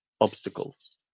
obstacles